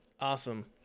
awesome